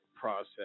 process